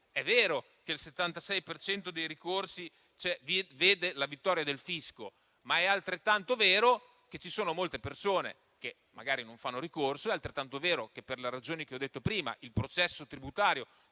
È vero che il 76 per cento dei ricorsi vede la vittoria del fisco, ma è altrettanto vero che ci sono molte persone che magari non fanno ricorso. È altrettanto vero che, per la ragione che ho detto prima, il processo tributario